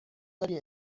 داری